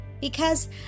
Because